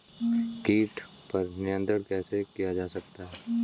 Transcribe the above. कीट पर नियंत्रण कैसे किया जा सकता है?